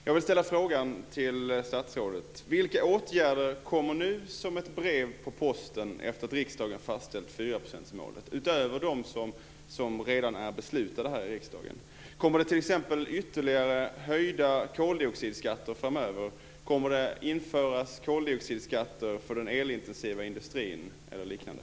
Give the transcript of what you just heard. Jag vill ställa frågan till statsrådet: Vilka åtgärder kommer nu som ett brev på posten efter det att riksdagen fastställt fyraprocentsmålet, utöver det som redan är beslutat i riksdagen? Kommer det t.ex. ytterligare höjda koldioxidskatter framöver? Kommer det att införas koldioxidskatter för den elintensiva industrin eller liknande?